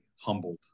humbled